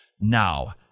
Now